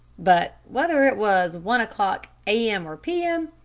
but whether it was one o'clock a m. or p m.